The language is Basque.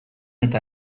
eta